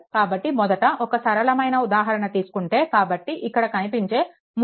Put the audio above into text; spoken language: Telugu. కాబట్టి మొదట ఒక సరళమైన ఉదాహరణ తీసుకుంటే కాబట్టి ఇక్కడ కనిపించే 3